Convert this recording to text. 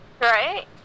Right